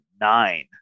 nine